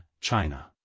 China